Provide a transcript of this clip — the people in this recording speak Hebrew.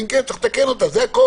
ואם כן, צריך לתקן אותה, זה הכול.